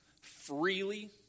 freely